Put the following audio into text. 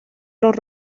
los